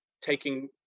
taking